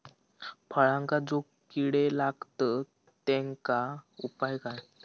फळांका जो किडे लागतत तेनका उपाय काय?